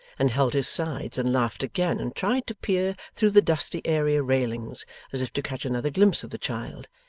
and held his sides, and laughed again, and tried to peer through the dusty area railings as if to catch another glimpse of the child,